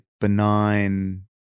benign